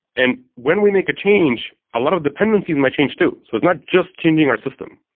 and when we make a change, a lot of dependencies might change too. so it's not just changing our system.